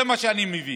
זה מה שאני מבין.